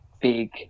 big